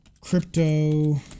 crypto